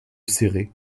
céret